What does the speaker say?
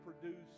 produce